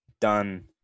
done